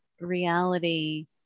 reality